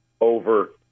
over